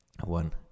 One